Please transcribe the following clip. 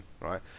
right